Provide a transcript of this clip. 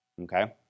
Okay